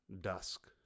Dusk